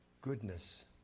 goodness